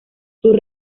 sus